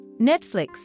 netflix